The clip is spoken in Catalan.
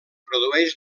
produeix